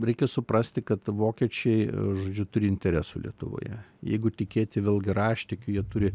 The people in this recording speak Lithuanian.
reikia suprasti kad vokiečiai žodžiu turi interesų lietuvoje jeigu tikėti vėlgi raštikiu jie turi